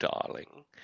darling